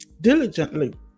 diligently